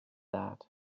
that